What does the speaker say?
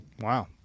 wow